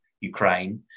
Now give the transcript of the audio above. Ukraine